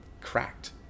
cracked